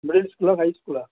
middle ಸ್ಕೂಲಾ high ಸ್ಕೂಲಾ